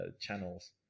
channels